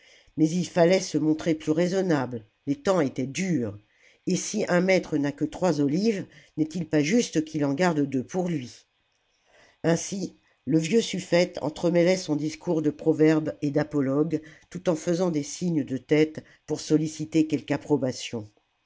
mais il fallait se montrer plus raisonnables les temps étaient durs et si un maître n'a que trois olives n'est-il pas juste qu'il en garde deux pour lui ainsi le vieux suffète entremêlait son discours de proverbes et d'apologues tout en faisant des signes de tête pour solliciter quelque approbation